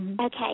Okay